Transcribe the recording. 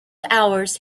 hours